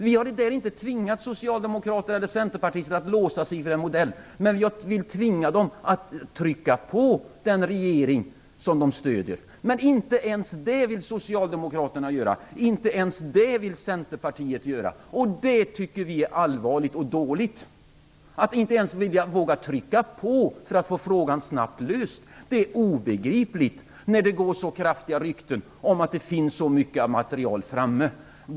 Vi har där inte tvingat socialdemokrater eller centerpartister att låsa sig för en modell. Men vi vill tvinga dem att trycka på den regering som de stöder. Men inte ens det vill Socialdemokraterna och Centern göra. Det tycker vi är allvarligt och dåligt. Att inte ens våga trycka på för att frågan skall få en snabb lösning är obegripligt när det går så kraftiga rykten om att det finns så mycket material framme.